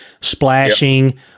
splashing